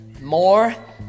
more